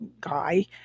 guy